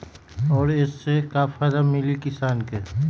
और ये से का फायदा मिली किसान के?